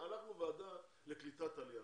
אנחנו ועדה לקליטת עלייה,